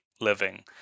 living